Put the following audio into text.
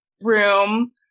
room